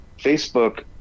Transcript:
facebook